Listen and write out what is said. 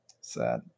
sad